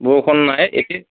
বৰষুণ নাই